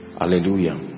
Hallelujah